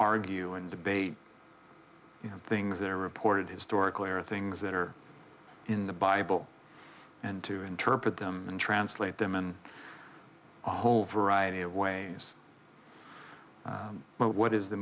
argue and debate things that are reported historically or things that are in the bible and to interpret them and translate them in a whole variety of ways but what is the